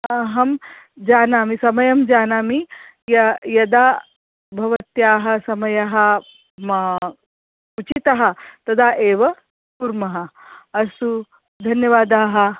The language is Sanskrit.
अहं जानामि समयं जानामि य यदा भवत्याः समयः मा उचितः तदा एव कुर्मः अस्तु धन्यवादाः